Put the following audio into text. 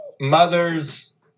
mother's